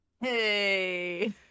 Hey